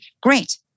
Great